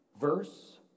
verse